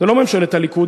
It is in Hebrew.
זו לא ממשלת הליכוד,